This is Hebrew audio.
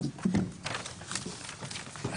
הישיבה ננעלה בשעה 09:52.